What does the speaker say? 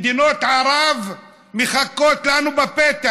מדינות ערב מחכות לנו בפתח.